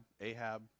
Ahab